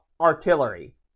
artillery